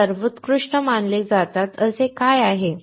ते सर्वोत्कृष्ट मानले जातात असे काय आहे